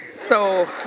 so,